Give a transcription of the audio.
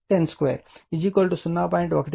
25 10 2 0